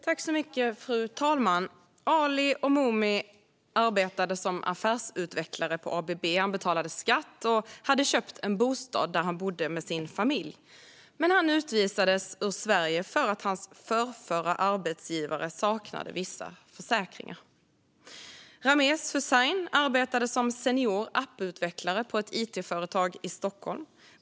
Fru talman! Ali Omumi arbetade som affärsutvecklare på ABB. Han betalade skatt och hade köpt en bostad där han bodde med sin familj. Men han utvisades ur Sverige för att hans förrförra arbetsgivare saknade vissa försäkringar. Rameez Hussain arbetade som senior apputvecklare på ett it-företag i Stockholm.